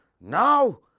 Now